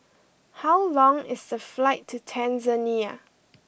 how long is the flight to Tanzania